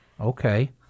Okay